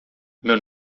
meu